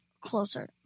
closer